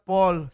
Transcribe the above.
Paul